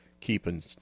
keeping